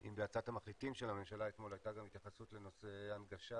אם בהצעת המחליטים של הממשלה אתמול הייתה גם התייחסות לנושא ההנגשה.